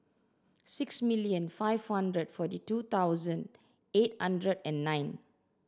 six million five hundred forty two thousand eight hundred and nine